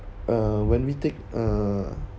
uh when we take uh